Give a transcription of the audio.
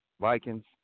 Vikings